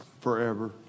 forever